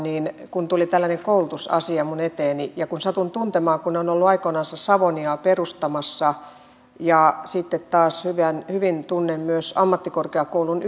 kun tuli tällainen koulutusasia minun eteeni ja kun satun tuntemaan tämän kun olen ollut aikoinaan savoniaa perustamassa ja sitten taas hyvin tunnen myös ammattikorkeakoulun